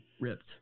ripped